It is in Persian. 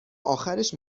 آخرش